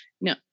no